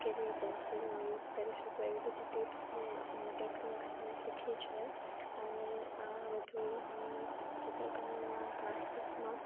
કેવી પેન્સિલનો યુસ કરી શકું એવી બધી ટિપ્સને અને ટેક્નિક્સ મેં શીખી છે અને બધું હું ચિત્રકામના ક્લાસીસમાં